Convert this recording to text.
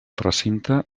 recinte